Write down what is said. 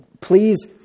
please